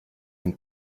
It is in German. den